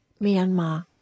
Myanmar